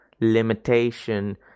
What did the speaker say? limitation